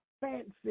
fancy